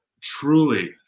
Truly